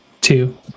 two